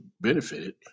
benefited